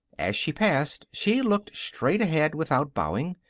as she passed she looked straight ahead, without bowing.